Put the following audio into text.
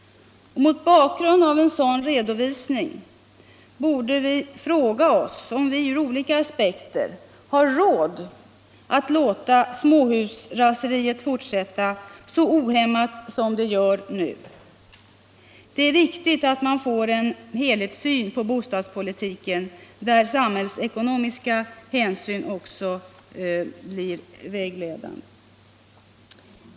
Mot bakgrund av en sådan redovisning borde vi fråga oss om vi ur olika aspekter har råd att låta småhusraseriet fortsätta så ohämmat som det gör nu. Det är viktigt att man får en helhetssyn på bostadspolitiken, där samhällsekonomiska hänsyn också måste bli vägledande.